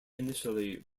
initially